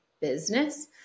business